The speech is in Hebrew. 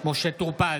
משה טור פז,